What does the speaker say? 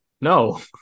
No